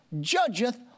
judgeth